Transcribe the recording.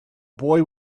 boy